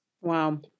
Wow